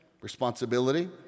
responsibility